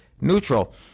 neutral